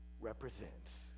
represents